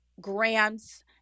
grants